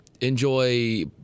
enjoy